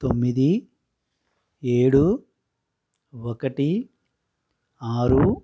తొమ్మిది ఏడు ఒకటి ఆరు